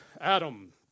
Adam